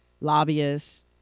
lobbyists